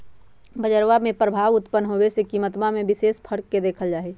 बजरवा में प्रभाव उत्पन्न होवे से कीमतवा में विशेष फर्क के देखल जाहई